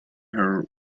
her